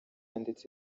ndetse